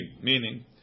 meaning